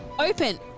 Open